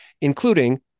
including